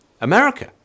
America